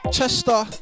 Chester